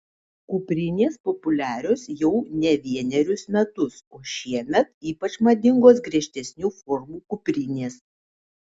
kuprinės populiarios jau ne vienerius metus o šiemet ypač madingos griežtesnių formų kuprinės